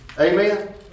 Amen